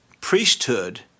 priesthood